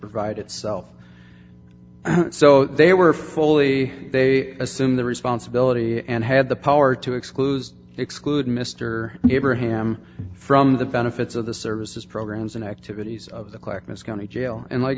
provide itself so they were fully they assume the responsibility and had the power to exclude exclude mr and abraham from the benefits of the services programs and activities of the clackamas county jail and like